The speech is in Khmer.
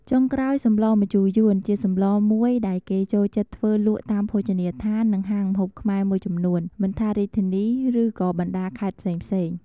ចុងក្រោយ សម្លម្ជូរយួនជាសម្លមួយដែលគេចូលចិត្តធ្វើលក់តាមភោជនីយដ្ឋាននិងហាងម្ហូបខ្មែរមួយចំនួន មិនថារាជធានី ឬក៏បណ្តាខេត្តផ្សេងៗ។